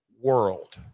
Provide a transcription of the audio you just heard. world